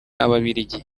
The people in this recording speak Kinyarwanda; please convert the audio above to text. ababiligi